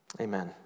Amen